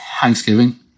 Thanksgiving